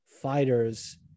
fighters